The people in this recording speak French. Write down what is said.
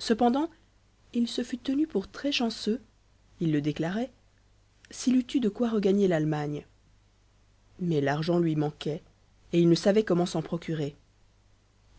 cependant il se fût tenu pour très chanceux il le déclarait s'il eût eu de quoi regagner l'allemagne mais l'argent lui manquait et il ne savait comment s'en procurer